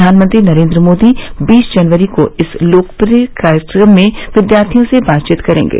प्रधानमंत्री नरेन्द्र मोदी बीस जनवरी को इस लोकप्रिय कार्यक्रम में विद्यार्थियों से बातचीत करेंगे